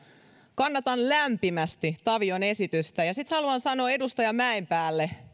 kannatan lämpimästi tavion esitystä edustaja mäenpää